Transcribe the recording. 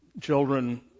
children